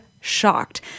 shocked